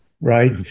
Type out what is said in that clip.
right